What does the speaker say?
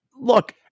look